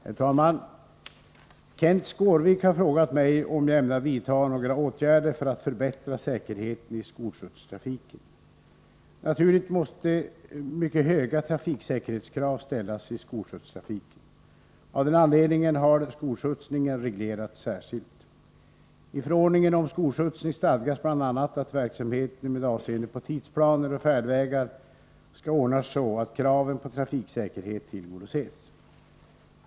Herr talman! Kenth Skårvik har frågat mig om jag ämnar vidta några åtgärder för att förbättra säkerheten i skolskjutstrafiken. Naturligtvis måste mycket höga trafiksäkerhetskrav ställas i skolskjutstrafiken. Av den anledningen har skolskjutsningen reglerats särskilt. I förordningen om skolskjutsning stadgas bl.a. att verksamheten med avseende på tidsplaner och färdvägar skall ordnas så att kraven på trafiksäkerhet tillgodoses.